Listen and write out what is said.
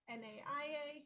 naia